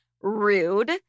Rude